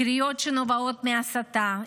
קריאות שנובעות מהסתה,